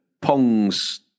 Pong's